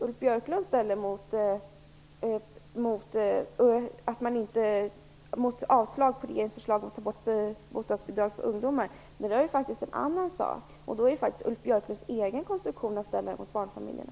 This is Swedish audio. Ulf Björklunds reservation mot avslag på regeringens förslag om att ta bort bostadsbidraget för ungdomar rör faktiskt en annan sak. Det är faktiskt Ulf Björklunds egen konstruktion att ställa det här mot barnfamiljerna.